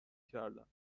کردم